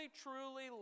truly